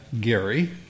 Gary